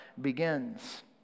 begins